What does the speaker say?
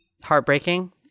Heartbreaking